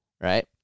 right